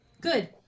good